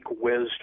wisdom